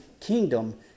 kingdom